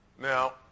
Now